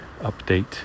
update